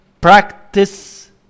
Practice